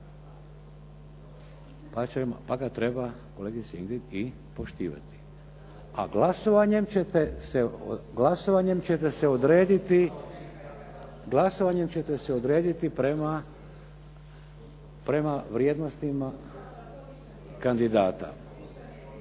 pa ga treba, kolegice Ingrid, i poštivati. A glasovanjem ćete se odrediti… … /Govornici